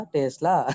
Tesla